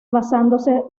basándose